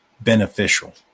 beneficial